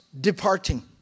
departing